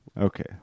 okay